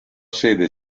sede